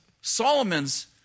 Solomon's